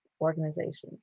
organizations